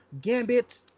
gambit